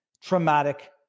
traumatic